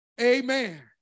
amen